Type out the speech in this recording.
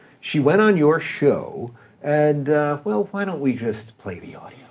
she went on your show and well, why don't we just play the ah